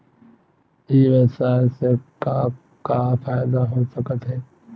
ई व्यवसाय से का का फ़ायदा हो सकत हे?